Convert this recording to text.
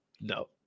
No